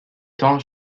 temps